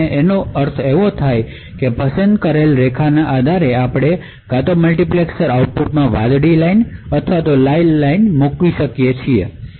તેનો અર્થ એ છે કે પસંદ કરેલી રેખાના આધારે આપણે કાં તો મલ્ટીપ્લેક્સર્સ આઉટપુટમાં વાદળી રેખા અથવા લાલ રેખા મોકલી રહ્યા છીએ